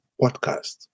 podcast